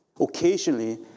occasionally